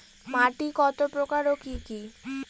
মাটি কতপ্রকার ও কি কী?